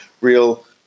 real